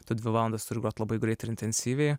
tu dvi valandas turi grot labai greit ir intensyviai